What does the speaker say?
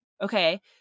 okay